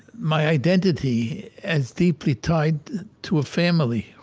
my identity as deeply tied to a family.